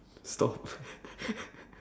stop